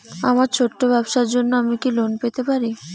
আমার ছোট্ট ব্যাবসার জন্য কি আমি লোন পেতে পারি?